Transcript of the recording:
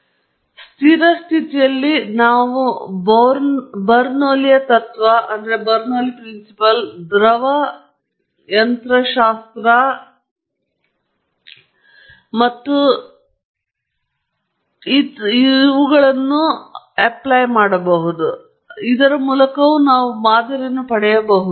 ಆದ್ದರಿಂದ ಸ್ಥಿರ ಸ್ಥಿತಿಯಲ್ಲಿ ನಾವು ಬರ್ನೌಲ್ಲಿಯ ತತ್ವ ದ್ರವ ಯಂತ್ರಶಾಸ್ತ್ರ ಮತ್ತು ಇನ್ನಿತರರಿಂದ ತಿಳಿದಿದೆ ಔಟ್ಲೆಟ್ ಹರಿವು ಮತ್ತು ಜನರ ಬಗ್ಗೆ ಮಾತನಾಡುವ ದ್ರವ ಮಟ್ಟದ ನಡುವಿನ ಸಂಬಂಧವನ್ನು ನಾವು ಪಡೆಯಬಹುದು